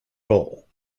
goal